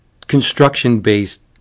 Construction-based